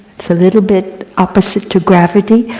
so little bit opposite to gravity,